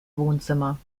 wohnzimmer